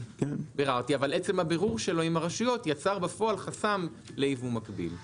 כשבפועל אותו בירור שלו עם הרשויות יצור חסם לייבוא מקביל.